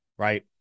Right